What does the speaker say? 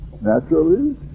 naturally